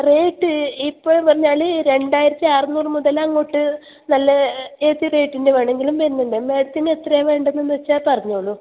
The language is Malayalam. റേറ്റ് ഇപ്പം പറഞ്ഞാൽ രണ്ടായിരത്തി അറുന്നൂറ് മുതൽ അങ്ങോട്ട് നല്ല ഏത് റേറ്റിൻ്റെ വേണമെങ്കിലും വരുന്നുണ്ട് മേഡത്തിന് എത്രയാണ് വേണ്ടതെന്ന് വച്ചാൽ പറഞ്ഞോളു